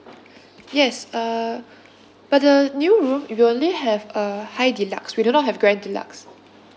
yes uh but the new room we'll only have uh high deluxe we do not have grand deluxe